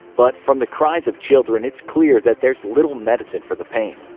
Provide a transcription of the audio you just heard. but from the cries of children, it's clear that there's little medicine for the pain.